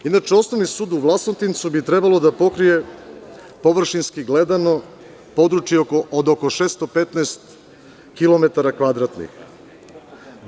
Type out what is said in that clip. Inače, Osnovni sud u Vlasotincu bi trebalo da pokrije, površinski gledano, područje od oko 615 kvadratnih kilometara.